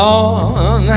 on